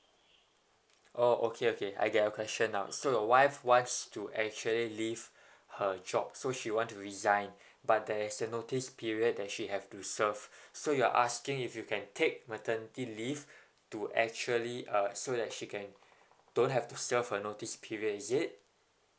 orh okay okay I get your question now so your wife wants to actually leave her job so she want to resign but there's a notice period that she have to serve so you're asking if you can take maternity leave to actually uh so that she can don't have to serve a notice period is it